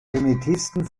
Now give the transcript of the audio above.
primitivsten